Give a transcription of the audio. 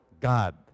God